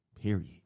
period